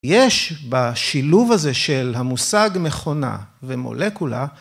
יש בשילוב הזה של המושג מכונה ומולקולה,